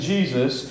Jesus